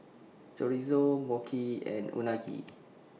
Chorizo Mochi and Unagi